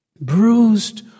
bruised